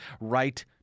right